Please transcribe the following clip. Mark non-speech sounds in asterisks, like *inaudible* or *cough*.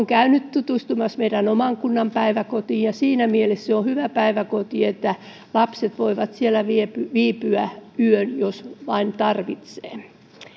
*unintelligible* käynyt tutustumassa meidän oman kunnan päiväkotiin siinä mielessä se on hyvä päiväkoti että lapset voivat siellä viipyä viipyä yön jos vain tarvitsee